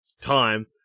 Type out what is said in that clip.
time